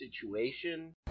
situation